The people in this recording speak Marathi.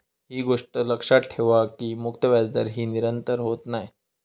ही गोष्ट लक्षात ठेवा की मुक्त व्याजदर ही निरंतर होत नाय